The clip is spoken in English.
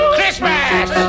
Christmas